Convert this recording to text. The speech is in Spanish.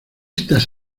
estas